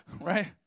Right